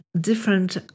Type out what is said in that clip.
different